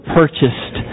purchased